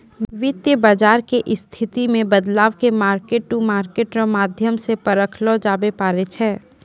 वित्त बाजार के स्थिति मे बदलाव के मार्केट टू मार्केट रो माध्यम से परखलो जाबै पारै छै